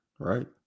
Right